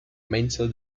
mental